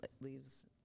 leaves